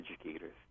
educators